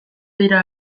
dira